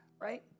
right